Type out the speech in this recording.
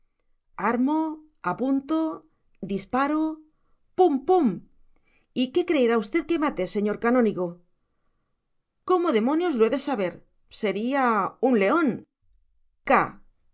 armo apunto disparo pum pum y qué creerá usted que maté señor canónigo cómo demonios lo he de saber sería un león